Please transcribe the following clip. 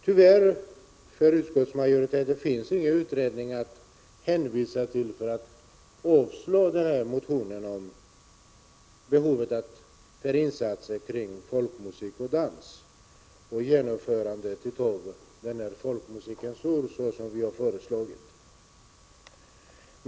Tyvärr finns det ingen utredning att hänvisa till, om man vill avslå motionen om insatser för folkmusik och folkdans samt genomförandet av Folkmusikens år, som vi har föreslagit.